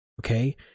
Okay